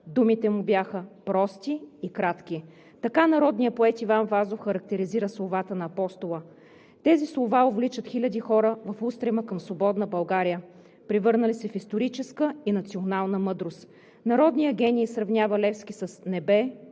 „Думите му бяха прости и кратки“ – така народният поет Иван Вазов характеризира словата на Апостола. Тези слова увличат хиляди хора в устрема към свободна България, превърнали се в историческа и национална мъдрост. Народният гений сравнява Левски с небе,